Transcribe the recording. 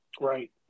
Right